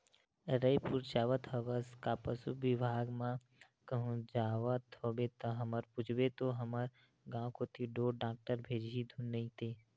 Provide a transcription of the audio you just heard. रइपुर जावत हवस का पसु बिभाग म कहूं जावत होबे ता हमर पूछबे तो हमर गांव कोती ढोर डॉक्टर भेजही धुन नइते